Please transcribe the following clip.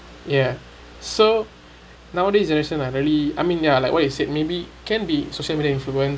ya so nowadays generation are really I mean ya like what you said maybe can be social media influence